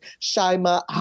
Shaima